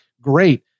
Great